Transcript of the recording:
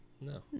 No